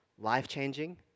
Life-changing